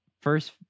First